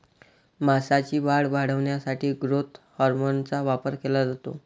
मांसाची वाढ वाढवण्यासाठी ग्रोथ हार्मोनचा वापर केला जातो